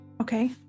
Okay